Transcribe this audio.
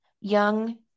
young